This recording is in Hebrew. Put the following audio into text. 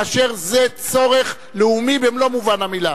כאשר זה צורך לאומי במלוא מובן המלה.